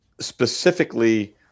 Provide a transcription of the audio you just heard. specifically